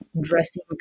dressing